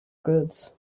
goods